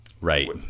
Right